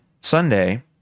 Sunday